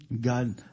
God